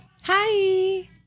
Hi